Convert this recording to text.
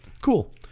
Cool